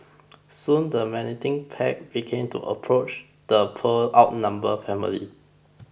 soon the menacing pack began to approach the poor outnumbered family